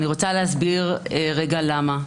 ואני רוצה להסביר למה.